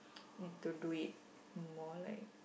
need to do it more like